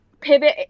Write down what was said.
pivot